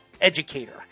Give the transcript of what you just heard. educator